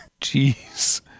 Jeez